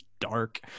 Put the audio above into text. dark